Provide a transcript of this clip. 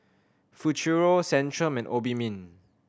Futuro Centrum and Obimin